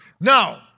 Now